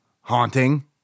haunting